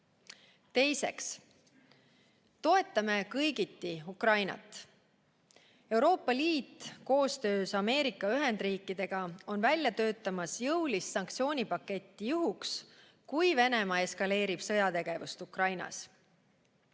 Teiseks, toetame kõigiti Ukrainat. Euroopa Liit koostöös Ameerika Ühendriikidega on välja töötamas jõulist sanktsioonipaketti juhuks, kui Venemaa eskaleerib sõjategevust Ukrainas.